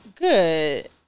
Good